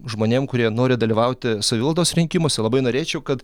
žmonėm kurie nori dalyvauti savivaldos rinkimuose labai norėčiau kad